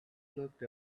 looked